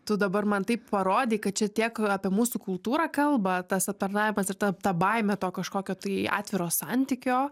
tu dabar man taip parodei kad čia tiek apie mūsų kultūrą kalba tas aptarnavimas ir ta ta baimė to kažkokio tai atviro santykio